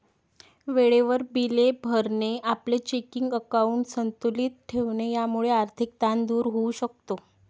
वेळेवर बिले भरणे, आपले चेकिंग अकाउंट संतुलित ठेवणे यामुळे आर्थिक ताण दूर होऊ शकतो